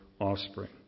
offspring